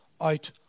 out